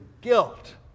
guilt